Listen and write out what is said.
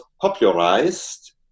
popularized